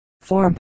form